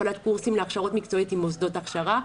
הפעלת קורסים להכשרות מקצועיות עם מוסדות הכשרה,